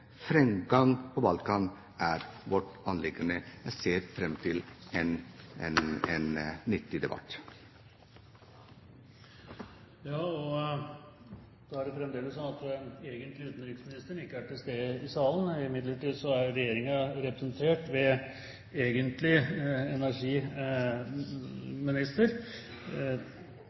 på Balkan er vårt anliggende. Jeg ser fram til en nyttig debatt. Da er det sånn at utenriksministeren ikke er til stede i salen. Imidlertid er regjeringen representert ved olje- og energiminister